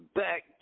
back